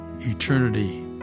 eternity